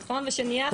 נכון, ושנהיה אחרים.